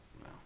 No